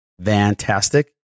fantastic